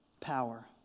power